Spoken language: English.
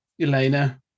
Elena